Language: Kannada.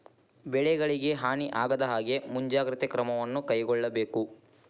ಬೆಳೆಗಳಿಗೆ ಹಾನಿ ಆಗದಹಾಗೆ ಮುಂಜಾಗ್ರತೆ ಕ್ರಮವನ್ನು ಕೈಗೊಳ್ಳಬೇಕು